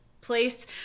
place